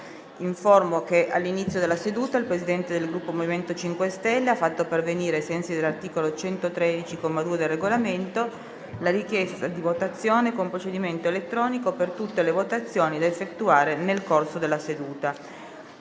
che all'inizio della seduta il Presidente del Gruppo MoVimento 5 Stelle ha fatto pervenire, ai sensi dell'articolo 113, comma 2, del Regolamento, la richiesta di votazione con procedimento elettronico per tutte le votazioni da effettuare nel corso della seduta.